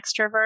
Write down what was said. extrovert